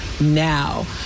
now